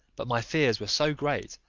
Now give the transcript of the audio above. but my fears were so great,